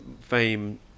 fame